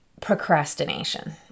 procrastination